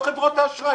לא חברות האשראי.